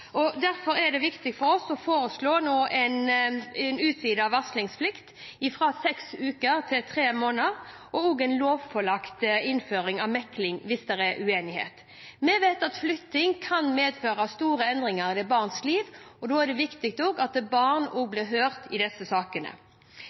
Derfor er det viktig for oss nå å foreslå en utvidet varslingsfrist fra seks uker til tre måneder og også en lovpålagt innføring av mekling hvis det er uenighet. Vi vet at flytting kan medføre store endringer i et barns liv, og da er det viktig at barn